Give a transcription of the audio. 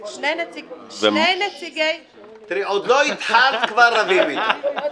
תראי, עוד לא התחלת, כבר רבים איתך.